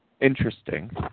interesting